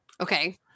okay